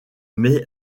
mai